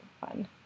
Fun